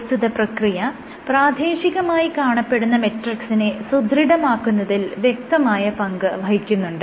പ്രസ്തുത പ്രക്രിയ പ്രാദേശികമായി കാണപ്പെടുന്ന മെട്രിക്സിനെ സുദൃഢമാക്കുന്നതിൽ വ്യക്തമായ പങ്ക് വഹിക്കുന്നുണ്ട്